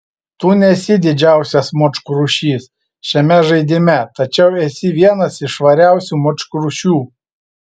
tu nesi didžiausias močkrušys šiame žaidime tačiau esi vienas iš švariausių močkrušių